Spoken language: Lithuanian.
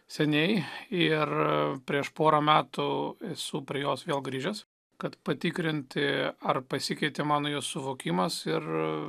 seniai ir prieš porą metų esu prie jos vėl grįžęs kad patikrinti ar pasikeitė mano jos suvokimas ir